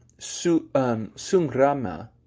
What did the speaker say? sungrama